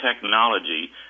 technology